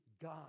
God